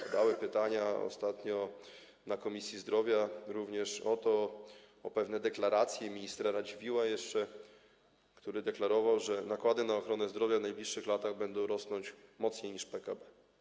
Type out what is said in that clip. Padały pytania ostatnio, w Komisji Zdrowia również, o pewne deklaracje ministra Radziwiłła jeszcze, który deklarował, że nakłady na ochronę zdrowia w najbliższych latach będą rosnąć bardziej niż PKB.